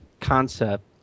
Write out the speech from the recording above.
concept